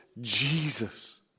Jesus